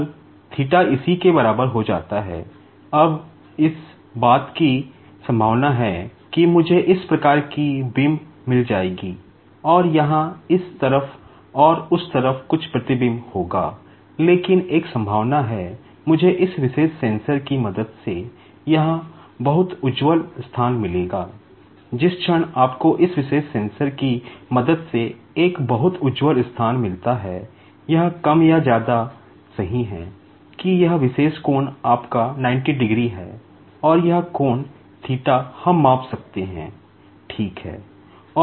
पल इसी के बराबर हो जाता है इस बात की संभावना है कि मुझे इस प्रकार की बीम मिल जाएगी और यहाँ इस तरफ और उस तरफ कुछ प्रतिबिंब होगा लेकिन एक संभावना है मुझे इस विशेष सेंसर की मदद से एक बहुत उज्ज्वल स्थान मिलता है यह कम या ज्यादा सही है कि यह विशेष कोण आपका 90 डिग्री है और यह कोण हम माप सकते हैं ठीक है